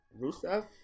Rusev